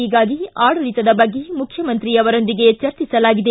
ಹೀಗಾಗಿ ಆಡಳಿತದ ಬಗ್ಗೆ ಮುಖ್ಯಮಂತ್ರಿಯೊಂದಿಗೆ ಚರ್ಚಿಸಲಾಗಿದೆ